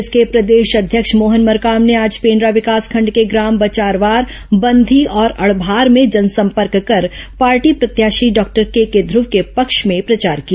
कांग्रेस के प्रदेश अध्यक्ष मोहन मरकाम ने आज पेण्डा विकासखंड के ग्राम बचारवार बंधी और अड़भार में जनसंपर्क कर पार्टी प्रत्याशी डॉक्टर केके ध्रुव के पक्ष में प्रचार किया